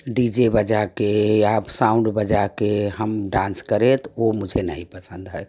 D J बजाके आप sound बजाके हम डांस करें तो वो मुझे नहीं पसंद है